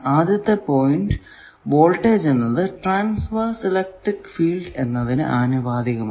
ആദ്യ point voltage എന്നത് transverse electric field എന്നതിന് ആനുപാതികമാണ്